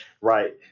Right